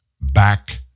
back